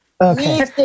Okay